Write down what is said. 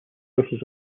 sources